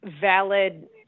valid